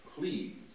please